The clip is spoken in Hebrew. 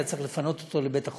היה צריך לפנות אותו לבית-החולים.